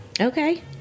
Okay